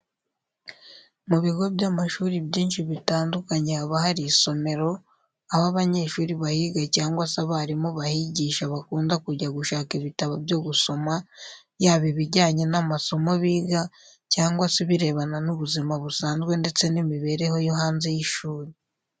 Mu bigo by'amashuri byinshi bitandukanye haba hari isomero, aho abanyeshuri bahiga cyangwa se abarimu bahigisha bakunda kujya gushaka ibitabo byo gusoma, yaba ibijyanye n'amasomo biga cyangwa se ibirebana n'ubuzima busanzwe ndetse n'imibereho yo hanze y'ishuri.